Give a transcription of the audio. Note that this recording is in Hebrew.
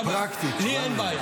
לי אין בעיה.